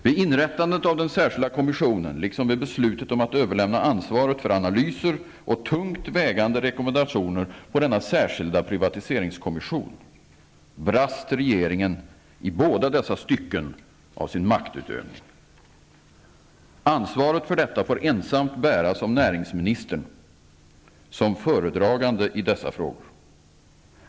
Vid inrättandet av den särskilda kommissionen liksom vid beslutet om att överlämna ansvaret för analyser och tungt vägande rekommendationer på denna särskilda privatiseringskommission brast regeringen i båda dessa stycken av sin maktutövning. Ansvaret för det bör ensamt bäras av näringsministern som föredragande i dessa frågor.